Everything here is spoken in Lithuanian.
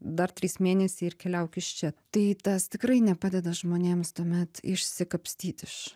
dar trys mėnesiai ir keliauk iš čia tai tas tikrai nepadeda žmonėms tuomet išsikapstyti iš